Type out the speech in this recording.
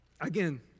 Again